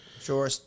Sure